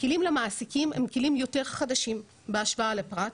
הכלים למעסיקים הם כלים יותר חדשים בהשוואה לפרט,